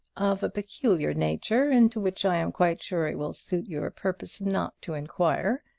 of a peculiar nature, into which i am quite sure it will suit your purpose not to inquire,